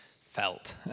Felt